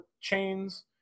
chains